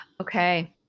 Okay